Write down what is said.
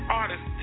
artist